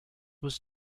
was